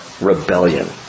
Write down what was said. rebellion